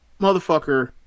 motherfucker